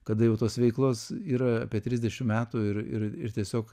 kada jau tos veiklos yra apie trisdešim metų ir ir ir tiesiog